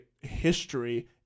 history –